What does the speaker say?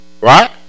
right